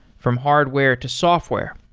from hardware to software,